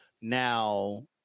Now